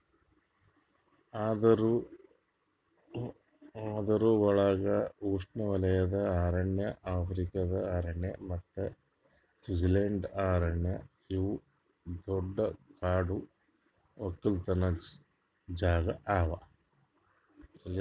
ಅದುರ್ ಒಳಗ್ ಉಷ್ಣೆವಲಯದ ಅರಣ್ಯ, ಆಫ್ರಿಕಾದ ಅರಣ್ಯ ಮತ್ತ ಸ್ವಿಟ್ಜರ್ಲೆಂಡ್ ಅರಣ್ಯ ಇವು ದೊಡ್ಡ ಕಾಡು ಒಕ್ಕಲತನ ಜಾಗಾ ಅವಾ